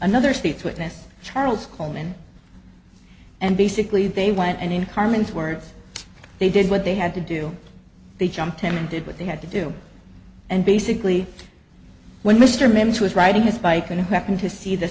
another state's witness charles coleman and basically they went and in carmen's words they did what they had to do they jumped him and did what they had to do and basically when mr mims was riding his bike going to happen to see th